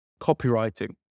copywriting